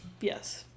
Yes